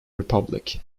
republic